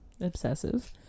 obsessive